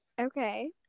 Okay